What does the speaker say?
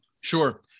Sure